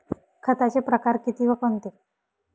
खताचे प्रकार किती व कोणते?